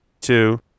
two